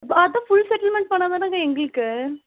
பார்த்து full settlement பண்ணால்தானங்க எங்களுக்கு